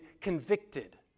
convicted